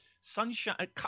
sunshine